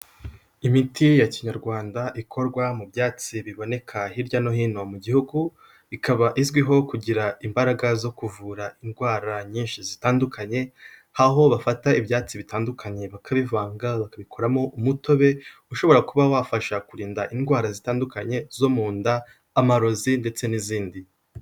Imiti ya Kinyarwanda ikorwa mu byatsi biboneka hirya no hino mu gihugu ikaba izwiho kugira imbaraga zo kuvura indwara nyinshi zitandukanye, aho bafata ibyatsi bitandukanye bakabivanga bakabikoramo umutobe, ushobora kuba wafasha kurinda indwara zitandukanye zo mu nda amarozi ndetse n'izindi.